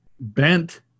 Bent